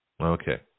Okay